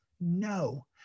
No